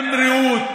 ובהם ריהוט,